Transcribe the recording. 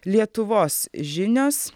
lietuvos žinios